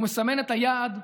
הוא מסמן את היעד,